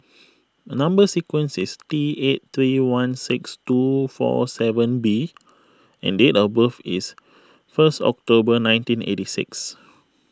Number Sequence is T eight three one six two four seven B and date of birth is first October nineteen eighty six